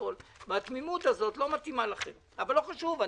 והתמימות הזאת לא מתאימה לכם, אבל לא חשוב.